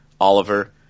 Oliver